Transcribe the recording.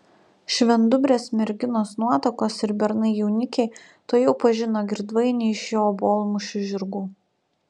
švendubrės merginos nuotakos ir bernai jaunikiai tuojau pažino girdvainį iš jo obuolmušių žirgų